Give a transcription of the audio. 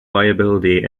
viability